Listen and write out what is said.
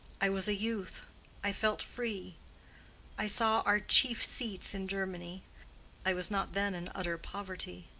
i was a youth i felt free i saw our chief seats in germany i was not then in utter poverty.